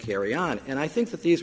carry on and i think that these